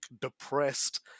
depressed